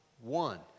One